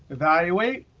evaluate,